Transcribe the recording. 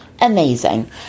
Amazing